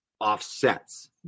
offsets